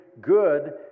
good